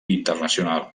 internacional